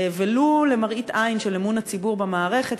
ולו למראית עין של אמון הציבור במערכת,